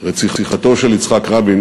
רציחתו של יצחק רבין